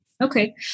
Okay